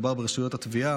מדובר ברשויות התביעה,